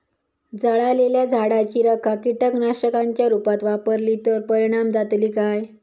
जळालेल्या झाडाची रखा कीटकनाशकांच्या रुपात वापरली तर परिणाम जातली काय?